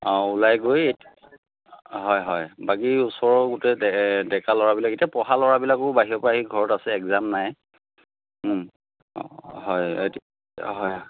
অঁ ওলাই গৈ হয় হয় বাকী ওচৰৰ গোটেই ডেকা ল'ৰাবিলাকে এতিয়া পঢ়া ল'ৰাবিলাকো বাহিৰৰপৰা আহি ঘৰত আছে এক্সাম নাই হয় হয়